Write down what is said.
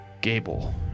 Gable